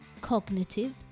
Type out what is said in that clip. cognitive